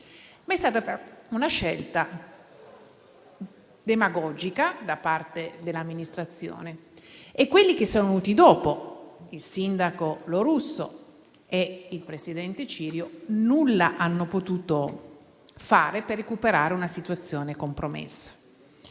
ma è stata fatta una scelta demagogica da parte dell'amministrazione e quelli che sono venuti dopo, il sindaco Lo Russo e il presidente Cirio, nulla hanno potuto fare per recuperare una situazione compromessa,